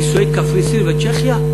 נישואי קפריסין וצ'כיה,